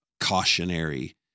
cautionary